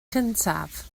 cyntaf